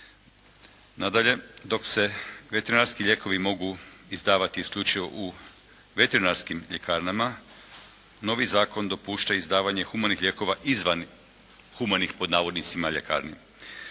Nadalje dok se veterinarski lijekovi mogu izdavati isključivo u veterinarskim ljekarnama novi zakon dopušta izdavanje humanih lijekova izvan humanih, pod navodnicima ljekarni.